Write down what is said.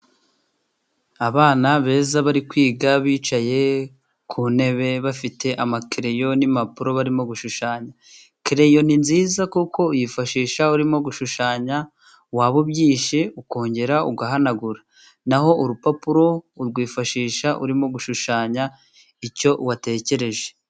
Abana beza bari kwiga bicaye ku ntebe bafite amakeleyo n'impapuro barimo gushushanya, keleyo ni nziza kuko uyifashisha urimo gushushanya, waba ubyishe ukongera ugahanagura, na ho urupapuro urwifashisha urimo gushushanya icyo watekereje.